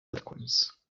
eloquence